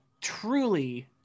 truly